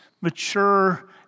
mature